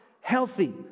healthy